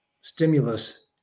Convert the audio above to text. stimulus